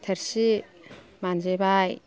थोरसि मानजिबाय